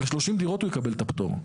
על שלושים דירות הוא יקבל את הפטור,